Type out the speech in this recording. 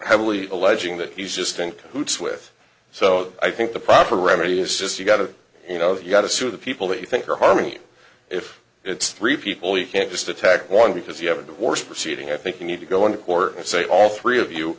heavily alleging that he's just in cahoots with so i think the proper remedy is just you got to you know you got to sue the people that you think are harmony if it's three people you can't just attack one because you have a divorce proceeding i think you need to go in court and say all three of you